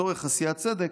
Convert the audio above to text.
לצורך עשיית צדק,